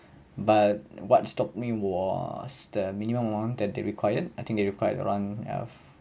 but what stop me was the minimum amount that they required I think they required around